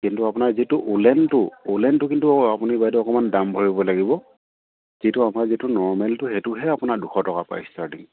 কিন্তু আপোনাৰ যিটো ঊলেনটো ঊলেনটো কিন্তু আপুনি বাইদেউ অকণমান দাম ভৰিব লাগিব যিটো আপোনাৰ যিটো নৰ্মেলটো সেইটোহে আপোনাৰ দুশ টকা পায় ষ্টাৰ্টিং